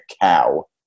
cow